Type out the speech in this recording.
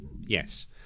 yes